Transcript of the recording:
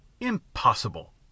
Impossible